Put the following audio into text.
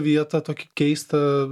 vietą tokią keistą